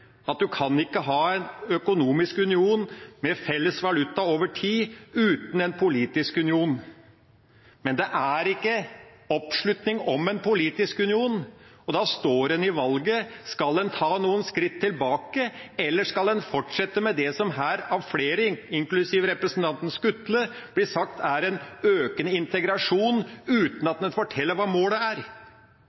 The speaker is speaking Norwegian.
at en ikke kan ha en økonomisk union med felles valuta over tid uten en politisk union. Men det er ikke oppslutning om en politisk union, og da står en med valget: Skal en ta noen skritt tilbake, eller skal en fortsette med det som av flere her – inklusiv representanten Skutle – ble sagt er en økende integrasjon, uten at en forteller hva målet er?